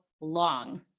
long